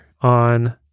on